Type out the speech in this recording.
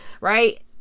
Right